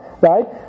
right